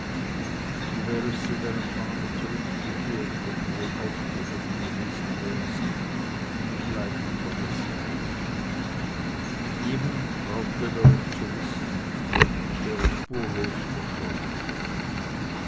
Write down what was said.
du wärest zu deinem vater zurückgekehrt wo du wohl aufgehoben gewesen wärest und mich leicht vergessen hättest niemand brauchte darum zu wissen ich wäre spurlos verschollen